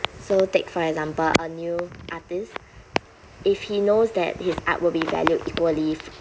so take for example a new artist if he knows that his art will be valued equally